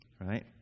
right